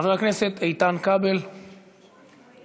חבר הכנסת איתן כבל, נוכח?